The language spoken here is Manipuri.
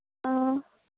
ꯑꯥ